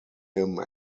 him